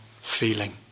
feeling